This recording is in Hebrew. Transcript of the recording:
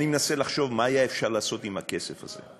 אני מנסה לחשוב מה אפשר היה לעשות עם הכסף הזה.